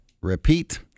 repeat